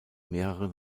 mehreren